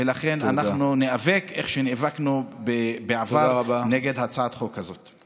ולכן אנחנו ניאבק כמו שנאבקנו בעבר נגד הצעת החוק הזאת.